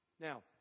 Now